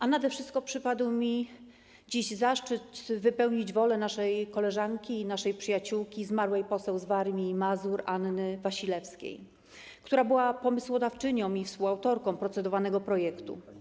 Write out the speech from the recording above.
A nade wszystko przypadł mi dziś zaszczyt wypełnić wolę naszej koleżanki i naszej przyjaciółki - zmarłej poseł z Warmii i Mazur Anny Wasilewskiej, która była pomysłodawczynią i współautorką procedowanego projektu.